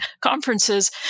conferences